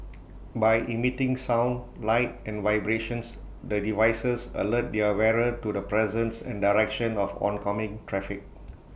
by emitting sound light and vibrations the devices alert their wearer to the presence and direction of oncoming traffic